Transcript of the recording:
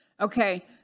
Okay